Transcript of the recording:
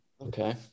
okay